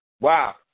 Wow